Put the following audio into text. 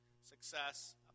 success